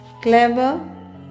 Clever